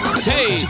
Hey